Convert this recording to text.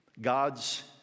God's